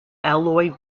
alloy